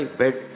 bed